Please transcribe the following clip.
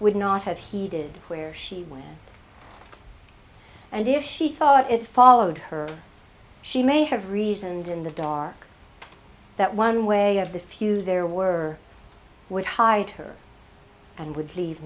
would not have heeded where she was and if she thought it followed her she may have reasoned in the dark that one way of the few there were would hide her and would leave